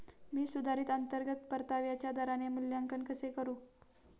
मी सुधारित अंतर्गत परताव्याच्या दराचे मूल्यांकन कसे करू?